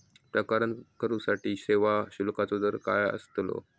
प्रकरण करूसाठी सेवा शुल्काचो दर काय अस्तलो?